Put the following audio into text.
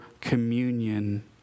communion